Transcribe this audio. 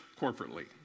corporately